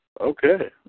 Okay